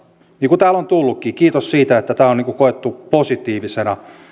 niin kuin täällä on tullutkin kiitos siitä tämä on koettu positiivisena